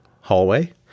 hallway